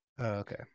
Okay